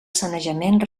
sanejament